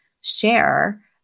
share